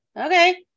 okay